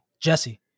Jesse